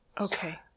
Okay